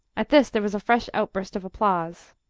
at this there was a fresh outburst of applause.